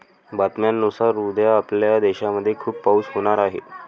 बातम्यांनुसार उद्या आपल्या देशामध्ये खूप पाऊस होणार आहे